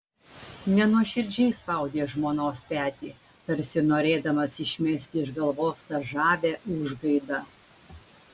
nenuoširdžiai spaudė žmonos petį tarsi norėdamas išmesti iš galvos tą žavią užgaidą